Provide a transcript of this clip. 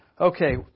Okay